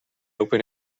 open